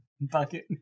bucket